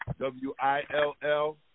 W-I-L-L